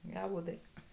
ಯಾವುದೇ